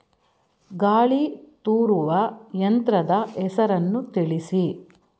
ಗಾಳಿ ತೂರುವ ಯಂತ್ರದ ಹೆಸರನ್ನು ತಿಳಿಸಿ?